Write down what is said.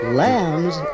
lambs